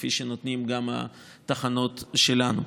כפי שנותנות גם התחנות שלנו.